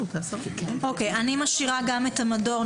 אני משאירה גם את המדור.